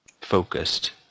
focused